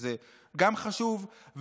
שזה גם חשוב,